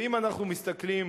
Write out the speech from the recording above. ואם אנחנו מסתכלים